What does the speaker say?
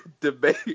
debate